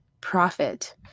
profit